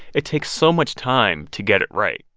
it takes so much time to get it right.